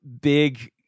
big